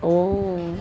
oh